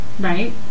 right